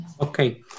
Okay